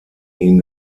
ihn